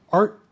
art